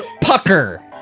pucker